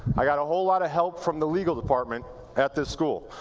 i got a whole lot of help from the legal department at this school.